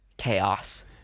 Chaos